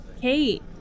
Kate